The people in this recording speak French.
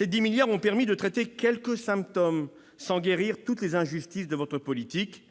ont permis de traiter quelques symptômes sans guérir le pays de toutes les injustices de votre politique.